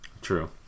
True